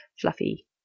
fluffy